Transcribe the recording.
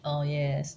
oh yes